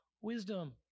wisdom